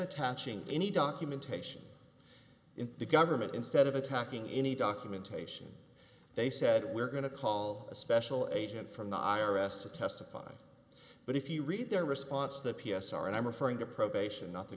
attaching any documentation in the government instead of attacking any documentation they said we're going to call a special agent from the i r s to testify but if you read their response that p s r and i'm referring to probation not the